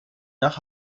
nach